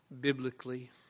biblically